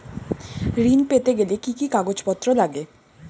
ঋণ পেতে গেলে কি কি কাগজপত্র লাগে?